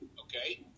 Okay